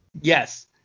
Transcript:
Yes